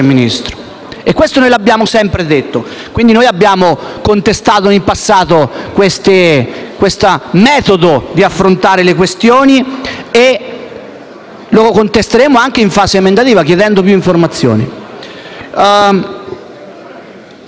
Questo noi lo abbiamo sempre detto. Noi abbiamo contestato in passato questo metodo di affrontare le questioni e lo contesteremo anche in fase emendativa chiedendo più informazioni.